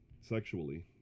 sexually